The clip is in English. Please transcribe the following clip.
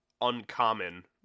uncommon